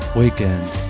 weekend